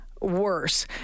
worse